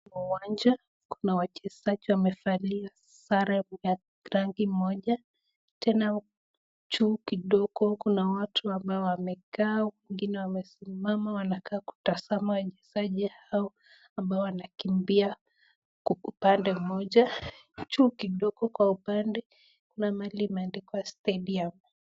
Kwa uwanja kuna wachezaji wamevalia sare ya rangi moja tena juu kidogo kuna watu ambao wamekaa tena wengine wamesimama wanakaa kutazama wachezaji hao ambao wanakimbia upande moja, juu kidogo kwa upande kuna mahali imeandikwa Stadium .